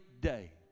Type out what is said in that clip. day